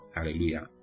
Hallelujah